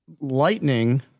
lightning